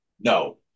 no